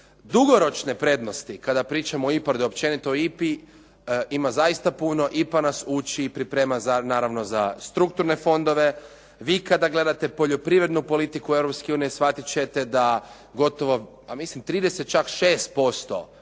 Dugoročne prednosti kada pričamo o IPARDU općenito, o IPI ima zaista puno. IPA nas uči i priprema naravno za strukturne fondove. Vi kada gledate poljoprivrednu politiku EU shvatit ćete da gotovo pa